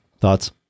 Thoughts